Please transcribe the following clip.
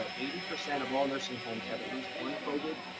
ah eighty percent of all nursing homes have at least one covid.